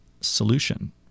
solution